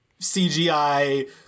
CGI